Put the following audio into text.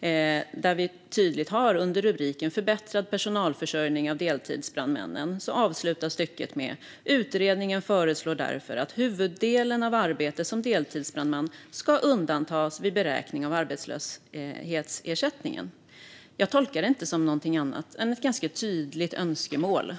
Under rubriken "Förbättrad personalförsörjning av deltidsbrandmän" avslutas stycket så här: "Utredningen föreslår därför att huvuddelen av arbete som deltidsbrandman ska undantas vid beräkning av arbetslöshetsersättning." Jag tolkar det inte som någonting annat än ett ganska tydligt önskemål.